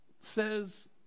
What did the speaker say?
says